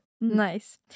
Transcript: nice